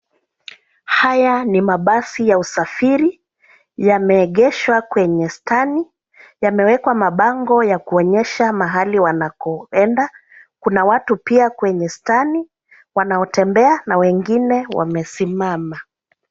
Haya ni mabasi ya usafiri yameegeshwa kwenye stani. Yamewekwa mabango ya kuonyesha mahali wanakoenda. Kuna watu pia kwenye stani wanotembea na wengine wamesimama.